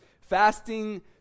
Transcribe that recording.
Fasting